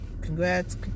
Congrats